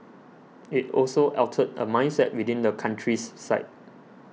it also altered a mindset within the country's psyche